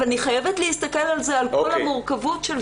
אבל אני חייבת להסתכל בזה על כל המורכבות של זה.